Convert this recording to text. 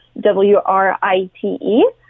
W-R-I-T-E